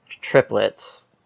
triplets